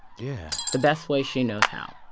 yeah. the best way she knows how.